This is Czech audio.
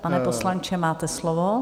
Pane poslanče, máte slovo.